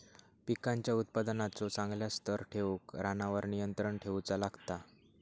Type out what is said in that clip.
पिकांच्या उत्पादनाचो चांगल्या स्तर ठेऊक रानावर नियंत्रण ठेऊचा लागता